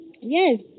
Yes